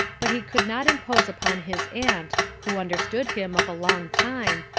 but he could not impose upon his aunt, who understood him of a long time,